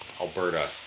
Alberta